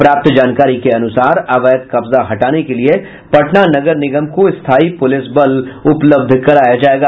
प्राप्त जानकारी के अनुसार अवैध कब्जा हटाने के लिये पटना नगर निगम को स्थायी पुलिस बल उपलब्ध कराया जायेगा